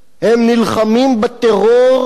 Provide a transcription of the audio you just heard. הם נלחמים בטרור,